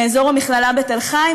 מאזור מכללת תל-חי,